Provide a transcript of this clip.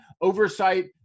oversight